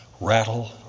rattle